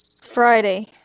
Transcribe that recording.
Friday